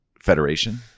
federation